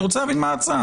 אני רוצה מה ההצעה.